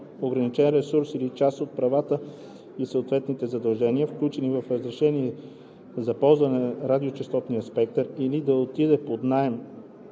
ограничен ресурс или част от правата и съответните задължения, включени в разрешение за ползване на радиочестотен спектър, или да отдаде под наем